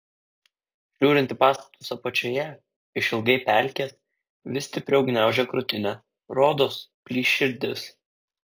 žiūrint į pastatus apačioje išilgai pelkės vis stipriau gniaužia krūtinę rodos plyš širdis